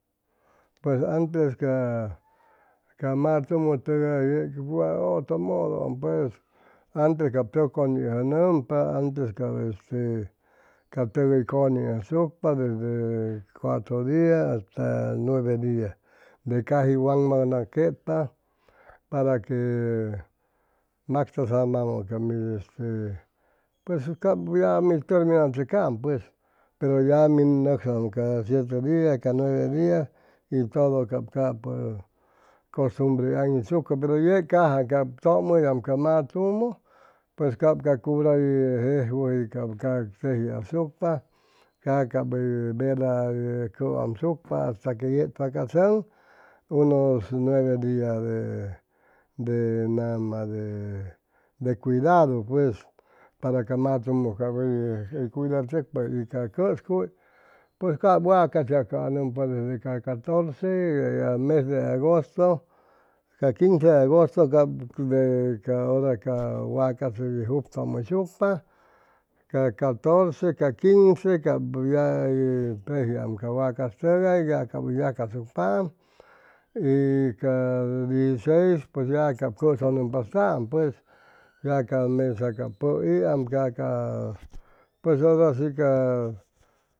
Pues antes ca matumu tʉgay yec wa ye otro modoam pues antes cap antes cap este cap ca tʉk hʉy cʉneasucpa desde cuato dia hasta nueve diade caji waŋmaŋnaquetpa parque cap mid este pues cap ya pero ya min nʉcsajwam ca siete dia ca nueve dia y todo cap capʉ custumbre hʉy aŋitsucʉ pero yeg caja cap chʉcmʉyam ca matumu pues cap ca cura hʉy jejwʉ cap ca teji asucpa ca cap hʉy vela cʉamsucpa hasta que yechpa ca sʉŋ unos nueve dia de de nama de cuidadu pues para ca matumiu cap hʉy cuidachʉcpa ya ca cʉscuy pues cap wacas yacaanʉmpa nete ca catorce mes de agosto ca quince de agosto cap de ca hora ca wacas hʉy jupchʉmʉysucpa ca actorce ca quince cap ya hʉy tejiam ca wacas tʉgay ya cap hʉy yacasucpaam y ca diesiseis pues ya cap cʉsʉnʉmpastam pues ya ca mesa pʉiam pues hora shi ca